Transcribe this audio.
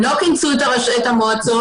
לא כינסו את המועצות,